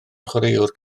chwaraewr